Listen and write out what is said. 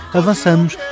avançamos